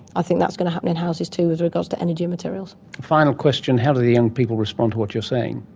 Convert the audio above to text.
i think that's going to happen in houses too with regards to energy materials. a final question, how do the young people respond to what you're saying?